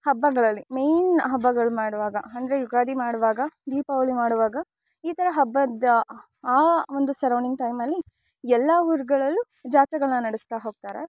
ಹಬ್ಬಗಳಲ್ಲಿ ಮೇಯ್ನ್ ಹಬ್ಬಗಳು ಮಾಡುವಾಗ ಅಂದರೆ ಯುಗಾದಿ ಮಾಡುವಾಗ ದೀಪಾವಳಿ ಮಾಡುವಾಗ ಈ ಥರ ಹಬ್ಬದ್ದು ಆ ಒಂದು ಸರೌಂಡಿಂಗ್ ಟೈಮಲ್ಲಿ ಎಲ್ಲ ಊರುಗಳಲ್ಲೂ ಜಾತ್ರೆಗಳನ್ನ ನಡೆಸ್ತಾ ಹೋಗ್ತಾರೆ